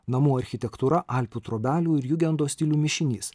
namų architektūra alpių trobelių ir jugendo stilių mišinys